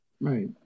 Right